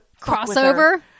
crossover